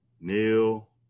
Neil